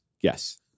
Yes